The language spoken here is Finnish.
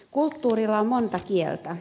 kulttuurilla on monta kieltä